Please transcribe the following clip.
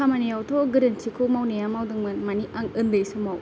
खामानियावथ' गोरोन्थिखौ मावनाया मावदोंमोन माने आं उन्दै समाव